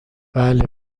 بله